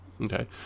Okay